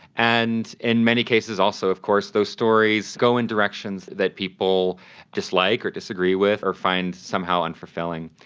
and in many cases also of course those stories go in directions that people dislike or disagree with or find somehow unfulfilling.